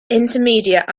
intermediate